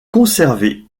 conservé